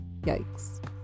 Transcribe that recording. Yikes